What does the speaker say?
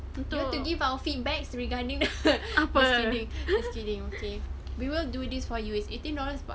you want to give our feedback regarding the just kidding just kidding okay we will do this for you it's eighteen dollars bucks